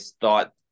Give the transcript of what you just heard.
thought